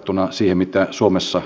osana suomalaista terveydenhuoltoa